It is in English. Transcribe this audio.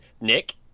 Nick